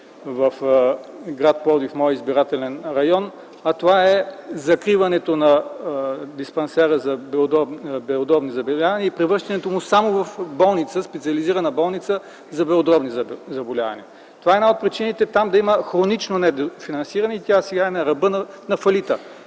в гр. Пловдив – моя избирателен район. Това е закриването на Диспансера за белодробни заболявания и превръщането му само в Специализирана болница за белодробни заболявания. Това е една от причините там да има хронично недофинансиране и тя сега е на ръба на фалита.